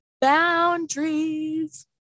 boundaries